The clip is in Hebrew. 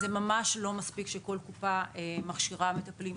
זה ממש לא מספיק שכל קופה מכשירה מטפלים.